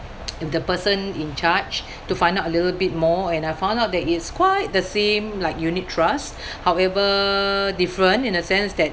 the person in charge to find out a little bit more and I found out that it's quite the same like unit trusts however different in a sense that